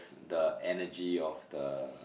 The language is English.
the energy of the